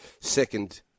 second